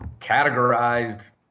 categorized